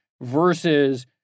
versus